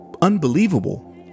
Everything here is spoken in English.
unbelievable